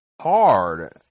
hard